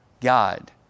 God